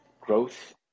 growth